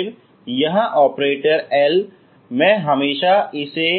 फिर यह operator L मैं हमेशा इसे